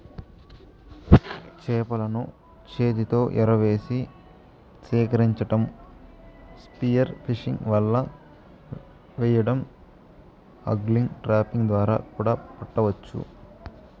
చేపలను చేతితో ఎరవేసి సేకరించటం, స్పియర్ ఫిషింగ్, వల వెయ్యడం, ఆగ్లింగ్, ట్రాపింగ్ ద్వారా కూడా పట్టవచ్చు